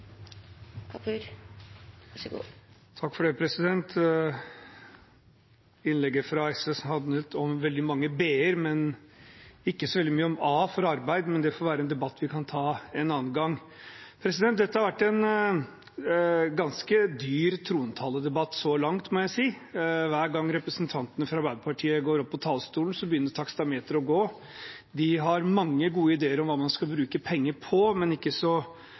men ikke så veldig mye om a for arbeid – det får være en debatt vi kan ta en annen gang. Dette har vært en ganske dyr trontaledebatt så langt, må jeg si. Hver gang representantene fra Arbeiderpartiet går opp på talerstolen, begynner taksameteret å gå. De har mange gode ideer om hva man skal bruke penger på, men ikke så